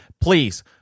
Please